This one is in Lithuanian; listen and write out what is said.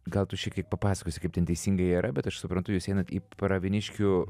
gal tu šiek tiek papasakosi kaip ten teisingai yra bet aš suprantu jūs einat į pravieniškių